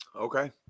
Okay